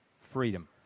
Freedom